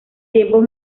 tiempos